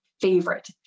favorite